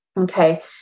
Okay